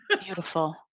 Beautiful